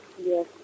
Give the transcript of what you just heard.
Yes